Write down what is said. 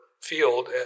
Field